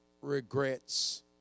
regrets